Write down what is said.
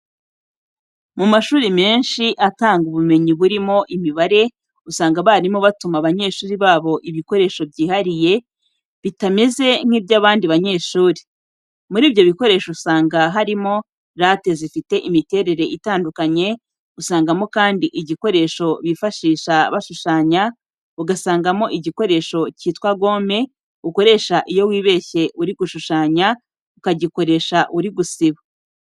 Mu mashuri menshi atanga ubumenyi burimo imibare, usanga abarimu batuma abanyeshuri babo ibikoresho byihariye bitameze nk'iby'abandi banyeshuri. Muri ibyo bikoresho usanga harimo late zifite imiterere itandukanye, usangamo kandi igikoresho bifashisha bashushanya, ugasangamo igikoresho cyitwa gome ukoresha iyo wibeshye uri gushushanya, ukagikoresha uri gusiba.